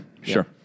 Sure